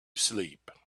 sleep